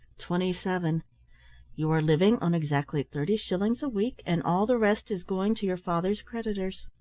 twenty-seven. you are living on exactly thirty shillings a week, and all the rest is going to your father's creditors.